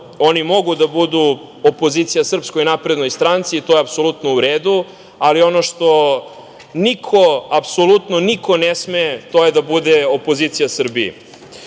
oni mogu da budu opozicija SNS i to je apsolutno u redu, ali ono što niko, apsolutno niko ne sme, to je da bude opozicija Srbiji. Ono